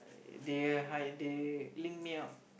they hire they link me up